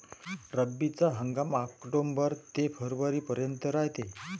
रब्बीचा हंगाम आक्टोबर ते फरवरीपर्यंत रायते